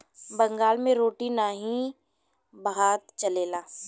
बंगाल मे रोटी नाही भात चलेला